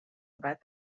about